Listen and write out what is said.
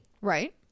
Right